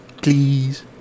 please